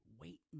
wait